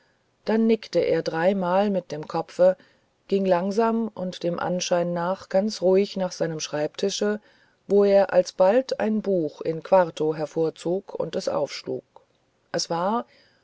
dann nickte er dreimal mit dem kopfe ging langsam und dem anschein nach ganz ruhig nach seinem schreibtische wo er alsbald ein buch in quarto hervorzog und es aufschlug es war